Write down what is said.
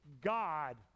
God